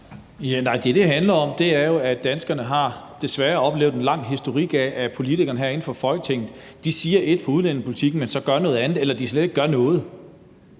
Det, det handler om, er jo, at danskerne desværre har oplevet en lang historik, i forhold til at politikerne herinde i Folketinget siger et om udlændingepolitikken, men gør noget andet – eller slet ikke gør noget.